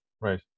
Right